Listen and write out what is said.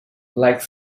like